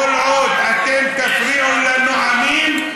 כל עוד אתם תפריעו לנואמים,